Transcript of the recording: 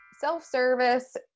Self-service